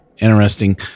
interesting